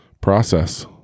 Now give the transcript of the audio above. process